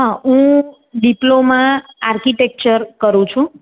હા હું diploma architecture કરું છું